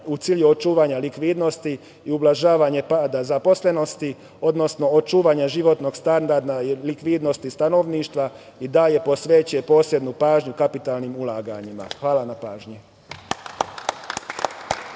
u cilju očuvanja likvidnosti i ublažavanju pada zaposlenosti, odnosno očuvanja životnog standarda i likvidnosti stanovništva i dalje posvećuje posebnu pažnju kapitalnim ulaganjima. Hvala na pažnji.